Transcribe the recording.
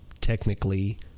technically